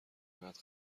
باید